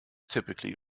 typically